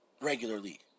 regularly